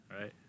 Right